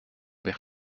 weg